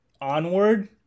Onward